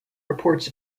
reports